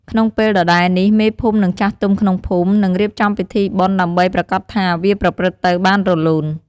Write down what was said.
ក្នុងពេលដដែលនេះ មេភូមិនិងចាស់ទុំក្នុងភូមិ នឹងរៀបចំពិធីបុណ្យដើម្បីប្រាកដថាវាប្រព្រឹត្តទៅបានរលូន។